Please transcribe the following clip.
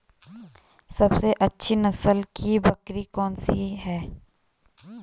सबसे अच्छी नस्ल की बकरी कौन सी है?